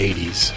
80s